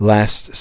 Last